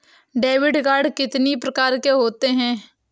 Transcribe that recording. Debit card कितनी प्रकार के होते हैं?